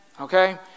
okay